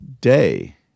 day